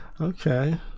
Okay